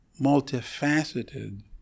multifaceted